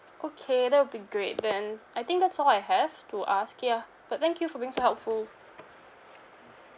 okay that will be great then I think that's all I have to ask ya but thank you for being so helpful